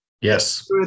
Yes